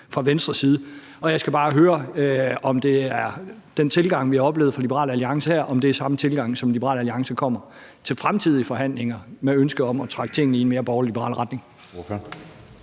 fra Venstres side. Jeg skal bare høre, om den tilgang, vi har oplevet fra Liberal Alliance her, er samme tilgang, som Liberal Alliance kommer til fremtidige forhandlinger med, med ønske om at trække tingene i en mere borgerlig-liberal retning.